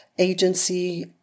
Agency